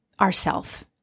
ourself